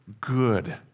good